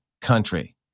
country